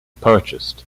purchased